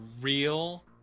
real